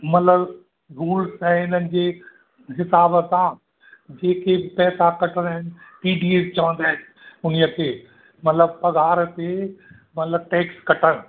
मतिलबु रुल्स आहिनि इन्हनि जे हिसाब सां जेके बि पैसा कटिणा आहिनि टी डी एस चवंदा आहिनि इन्हीअ ते मतिलबु पघार ते मतिलबु टैक्स कटणु